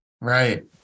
Right